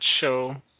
show